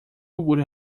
would